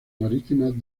marítimas